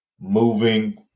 moving